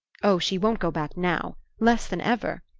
oh, she won't go back now less than ever!